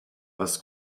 was